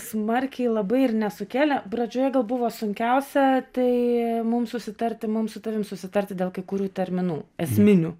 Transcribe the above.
smarkiai labai ir nesukėlė pradžioje gal buvo sunkiausia tai mums susitarti mums su tavim susitarti dėl kai kurių terminų esminių